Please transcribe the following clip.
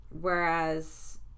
Whereas